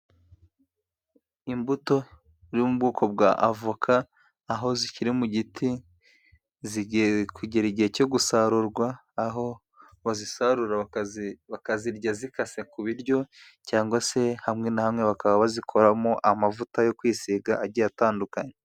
Imbuto yo mu bwoko bwa avoka aho zikiri mu giti, zigiye kugera igihe cyo gusarurwa, aho bazisarura bakazirya zikase ku biryo cyangwa se hamwe na hamwe bakaba bazikoramo amavuta yo kwisiga agiye atandukanye.